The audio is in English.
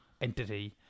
entity